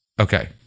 Okay